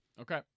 Okay